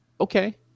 Okay